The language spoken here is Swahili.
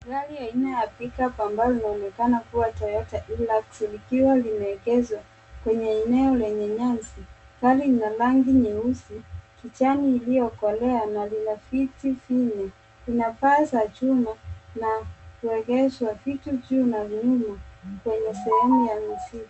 Gari aina ya, pick-up, ambayo inaonekana kuwa Toyota Hilux likiwa limeegeshwa kwenye eneo lenye nyasi. Gari ina rangi nyeusi kijani iliyokolea na lina viti vingi. Lina paa la chuma na kuegeshwa vitu juu na nyuma kwenye sehemu ya mizigo.